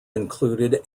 included